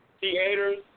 theaters